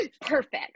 Perfect